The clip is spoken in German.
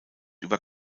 über